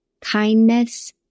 Kindness